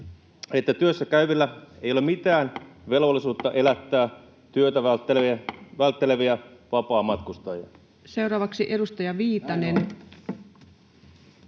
että työssä käyvillä ei ole mitään velvollisuutta elättää työtä vältteleviä vapaamatkustajia. [Speech 108] Speaker: